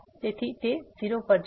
તેથી આ 0 પર જશે